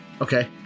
Okay